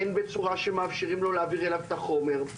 הן בצורה שמאפשרים לו להעביר אליו את החומר,